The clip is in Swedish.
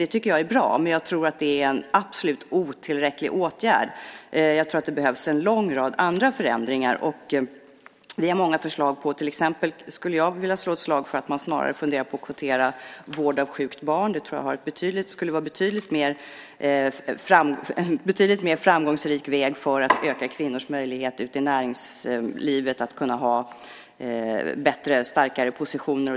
Det tycker jag är bra. Men det är en absolut otillräcklig åtgärd. Jag tror att det behövs en lång rad andra förändringar. Vi har många förslag. Jag skulle till exempel vilja slå ett slag för att man snarare funderar på att kvotera vård av sjukt barn. Det skulle vara en betydligt mer framgångsrik väg för att öka kvinnors möjlighet i näringslivet att ha starkare positioner.